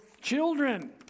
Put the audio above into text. children